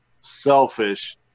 selfish